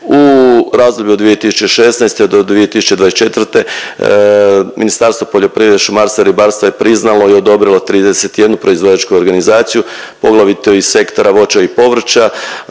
U razdoblju od 2016. do 2024. Ministarstvo poljoprivrede, šumarstva i ribarstva je priznalo i odobrilo 31 proizvođačku organizaciju poglavito iz sektora voća i povrća.